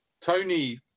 Tony